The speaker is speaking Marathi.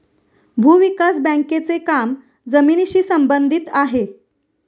भूविकास बँकेचे काम जमिनीशी संबंधित आहे